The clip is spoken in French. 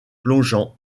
plongeant